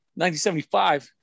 1975